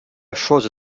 chose